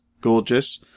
gorgeous